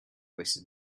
wasted